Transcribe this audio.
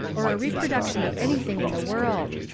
or a reproduction of anything in the world.